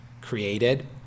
created